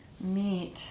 meet